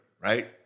Right